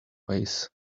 ways